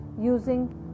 using